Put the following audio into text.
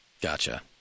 Gotcha